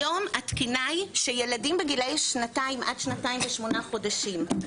היום התקינה היא שילדים בגילאי שנתיים עד שנתיים ושמונה חודשים,